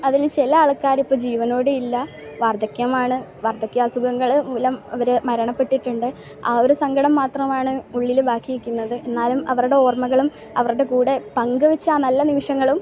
അതിൽ ചില ആൾക്കാർ ഇപ്പോൾ ജീവനോടെയില്ല വാർദ്ധക്യമാണ് വാർദ്ധക്യ അസുഖങ്ങൾ മൂലം അവർ മരണപ്പെട്ടിട്ടുണ്ട് ആ ഒരു സങ്കടം മാത്രമാണ് ഉള്ളിൽ ബാക്കിനിൽക്കുന്നത് എന്നാലും അവരുടെ ഓർമ്മകളും അവരുടെ കൂടെ പങ്ക് വച്ച ആ നല്ല നിമിഷങ്ങളും